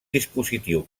dispositiu